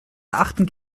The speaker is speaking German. erachtens